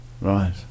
right